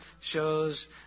Shows